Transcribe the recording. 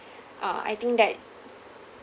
uh I think that